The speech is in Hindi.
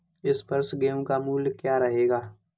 इस वर्ष गेहूँ का मूल्य क्या रहेगा?